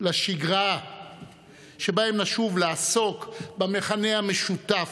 לשגרה שבה נשוב לעסוק במכנה המשותף,